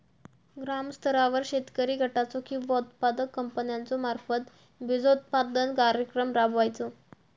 ग्रामस्तरावर शेतकरी गटाचो किंवा उत्पादक कंपन्याचो मार्फत बिजोत्पादन कार्यक्रम राबायचो?